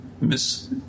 Miss